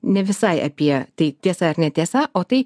ne visai apie tai tiesa ar netiesa o tai